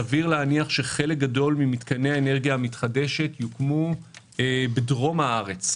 סביר להניח שחלק גדול ממתקני האנרגיה המתחדשת יוקמו בדרום הארץ,